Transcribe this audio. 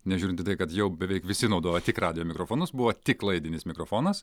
nežiūrint į tai kad jau beveik visi naudojo tik radijo mikrofonus buvo tik laidinis mikrofonas